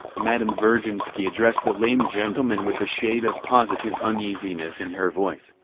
madame virginsky addressed the lame gentleman with a shade of positive uneasiness in her voice,